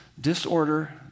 Disorder